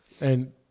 And-